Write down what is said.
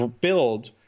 build